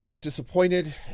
disappointed